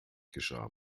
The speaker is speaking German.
geschah